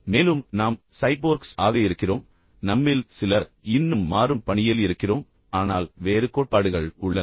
மேலும் நாம் சைபோர்க்ஸ் ஆக இருக்கிறோம் நம்மில் சிலர் இன்னும் மாறும் பணியில் இருக்கிறோம் ஆனால் வேறு கோட்பாடுகள் உள்ளன